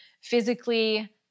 physically